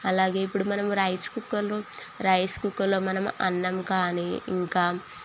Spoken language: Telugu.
అలాగే ఇప్పుడు మనము రైస్ కుక్కర్లో రైస్ కుక్కర్లో మనం అన్నం కానీ ఇంకా